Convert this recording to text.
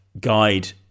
guide